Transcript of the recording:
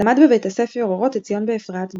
למד בבית הספר אורות עציון באפרת,